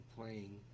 playing